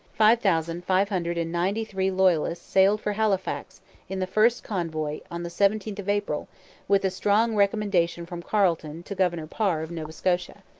five thousand five hundred and ninety-three loyalists sailed for halifax in the first convoy on the seventeenth of april with a strong recommendation from carleton to governor parr of nova scotia.